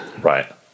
Right